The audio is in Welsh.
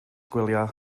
gwyliau